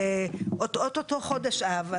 אוטוטו חודש אב,